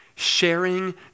sharing